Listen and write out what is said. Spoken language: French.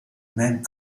même